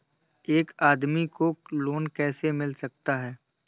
एक आदमी को लोन कैसे मिल सकता है?